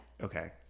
Okay